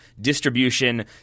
distribution